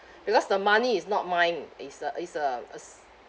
because the money is not mine is uh is uh is